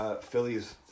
Phillies